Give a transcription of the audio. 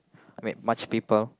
wait much people